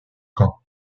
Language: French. camp